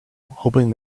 hoping